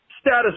Status